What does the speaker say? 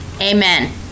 amen